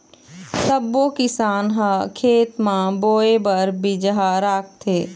सब्बो किसान ह खेत म बोए बर बिजहा राखथे